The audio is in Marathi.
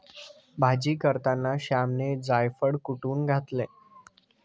भाजी करताना श्यामने जायफळ कुटुन घातले